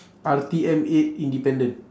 R_T_M eight independent